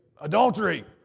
Adultery